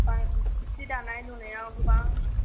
बां सि दानाय लुनायाव गोबां